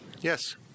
Yes